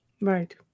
right